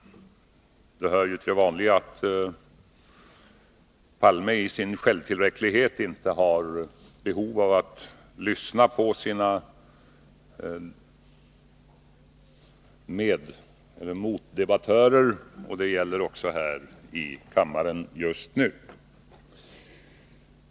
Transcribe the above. Det hör ju till att Olof Palme i sin självtillräcklighet inte känner sig ha behov av att lyssna på sina motdebattörer, och det gäller också här i kammaren just nu.